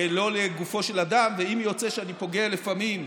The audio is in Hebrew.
לא לגופו של אדם, ואם יוצא שאני פוגע לפעמים,